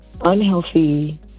unhealthy